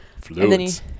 Fluids